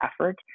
effort